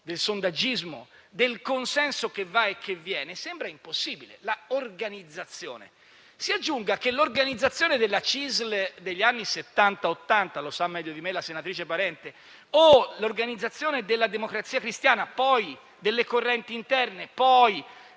del sondaggismo e del consenso che va e che viene, sembra impossibile l'organizzazione. Si aggiunga che l'organizzazione della CISL degli anni Settanta e Ottanta (lo sa meglio di me la senatrice Parente) o l'organizzazione della Democrazia Cristiana, poi delle correnti interne e poi